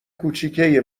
کوچیکه